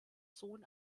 sohn